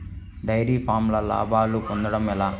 Dairy ఫామ్లో లాభాలు పొందడం ఎలా?